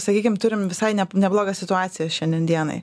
sakykim turim visai ne neblogą situaciją šiandien dienai